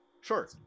Sure